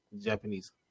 japanese